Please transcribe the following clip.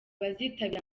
bazitabira